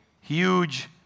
huge